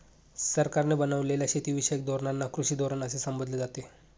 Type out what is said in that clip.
सरकारने बनवलेल्या शेतीविषयक धोरणांना कृषी धोरण असे संबोधले जाते